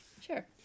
sure